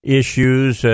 issues